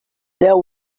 there